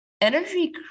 energy